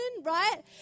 right